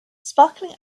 sparkling